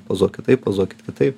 pozuokit taip pozuokit kitaip